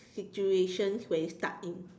situation where you stuck in